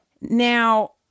Now